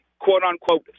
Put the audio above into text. quote-unquote